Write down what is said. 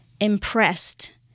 impressed